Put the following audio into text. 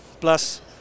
plus